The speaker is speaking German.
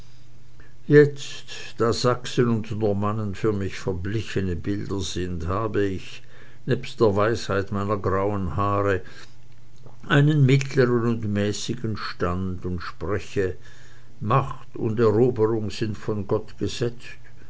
jetzt da sachsen und normannen für mich verblichene bilder sind habe ich nebst der weisheit meiner grauen haare einen mittleren und mäßigen stand und spreche macht und eroberung sind von gott